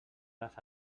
les